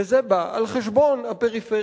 וזה בא על חשבון הפריפריה,